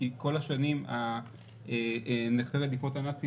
כי במשך כל השנים נכי רדיפות הנאצים